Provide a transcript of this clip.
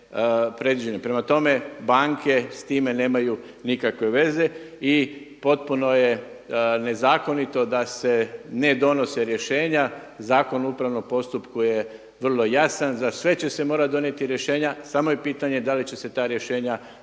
Prema tome, banke s time nemaju nikakve veze i potpuno je nezakonito da se ne donose rješenja, Zakon o upravnom postupku je vrlo jasan za sve će se morati donijeti rješenja samo je pitanje da li će se ta rješenja slati